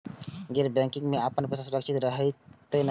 गैर बैकिंग में अपन पैसा सुरक्षित रहैत कि नहिं?